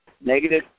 negative